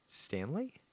Stanley